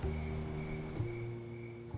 been